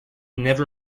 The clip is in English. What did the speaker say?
never